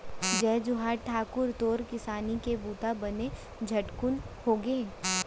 जय जोहार ठाकुर, तोर किसानी के बूता बने झटकुन होगे?